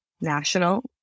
national